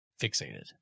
fixated